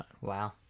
Wow